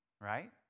right